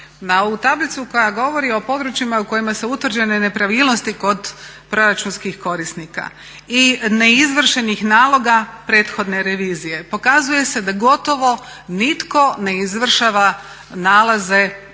tablicu koja govori o područjima u kojima su utvrđene nepravilnosti kod proračunskih korisnika i neizvršenih naloga prethodne revizije. Pokazuje se da gotovo nitko ne izvršava prethodne